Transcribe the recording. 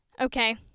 okay